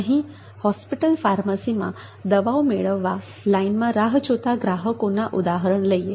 અહીં હોસ્પિટલ ફાર્મસીમાં દવાઓ મેળવવા લાઈનમાં રાહ જોતા ગ્રાહકોના ઉદાહરણ લઇએ